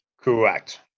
Correct